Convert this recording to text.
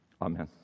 Amen